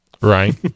Right